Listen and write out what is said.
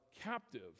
captive